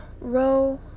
row